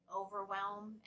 overwhelm